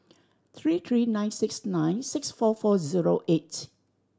three three nine six nine six four four zero eight